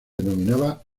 denominaba